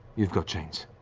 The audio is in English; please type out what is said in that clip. you've got chains.